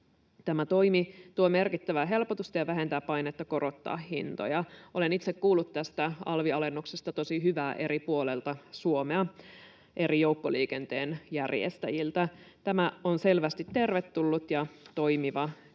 Tämä toimi tuo merkittävää helpotusta ja vähentää painetta korottaa hintoja. Olen itse kuullut tästä alvialennuksesta tosi hyvää eri puolilta Suomea, eri joukkoliikenteen järjestäjiltä. Tämä on selvästi tervetullut ja toimiva keino.